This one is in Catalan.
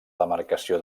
demarcació